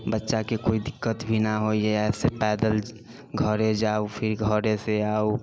बच्चाके कोइ दिक्कत भी ना होय हइ एहि से पैदल घरे जाउ फिर घरे से आउ